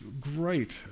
great